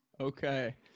Okay